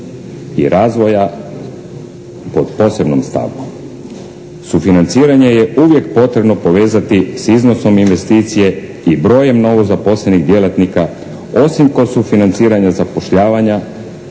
i razvoja pod posebnom stavkom. Sufinanciranje je uvijek potrebno povezati s iznosom investicije i brojem novozaposlenih djelatnika osim kod sufinanciranja zapošljavanja,